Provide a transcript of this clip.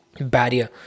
barrier